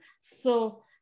So-